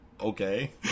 okay